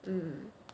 mm